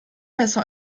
besser